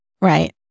Right